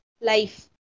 life